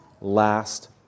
last